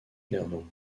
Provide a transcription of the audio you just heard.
clairement